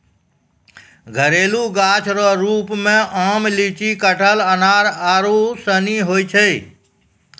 घरेलू गाछ रो रुप मे आम, लीची, कटहल, अनार आरू सनी हुवै छै